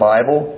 Bible